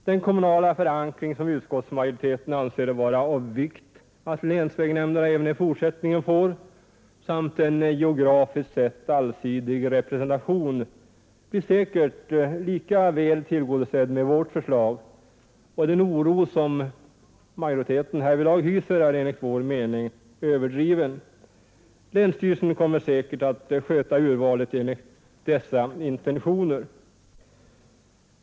Den kommunala förankring som utskottsmajoriteten anser vara av vikt att länsvägnämnderna får även i fortsättningen samt kravet om en geografiskt sett allsidig representation blir säkert lika väl tillgodosedda med vårt förslag, och den oro som majoriteten härvidlag hyser är enligt vår mening överdriven. Länsstyrelsen kommer säkert att göra urvalet enligt dessa intentioner.